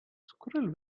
squirrel